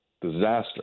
Disaster